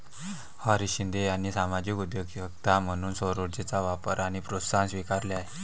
हरीश शिंदे यांनी सामाजिक उद्योजकता म्हणून सौरऊर्जेचा वापर आणि प्रोत्साहन स्वीकारले आहे